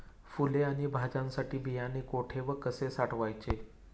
फुले आणि भाज्यांसाठी बियाणे कुठे व कसे साठवायचे?